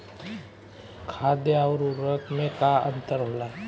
खाद्य आउर उर्वरक में का अंतर होला?